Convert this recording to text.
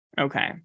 okay